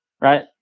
Right